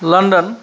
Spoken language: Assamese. লণ্ডন